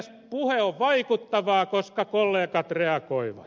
puhe on vaikuttavaa koska kollegat reagoivat